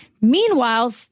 Meanwhile